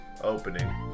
opening